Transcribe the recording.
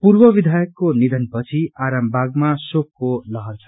पूर्व विधायकको निधन पछि आरामबागमा शोकको लहर छ